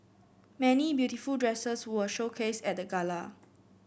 many beautiful dresses were showcased at the gala